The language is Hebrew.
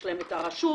יש להם את הרשות,